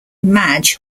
madge